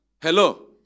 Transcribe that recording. Hello